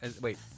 Wait